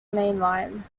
mainline